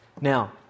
Now